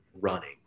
running